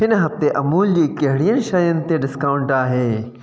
हिन हफ़्ते अमूल जी कहिड़ीअ शयुनि ते डिस्काउंट आहे